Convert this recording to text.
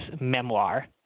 memoir